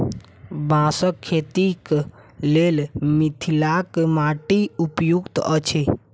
बाँसक खेतीक लेल मिथिलाक माटि उपयुक्त अछि